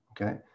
okay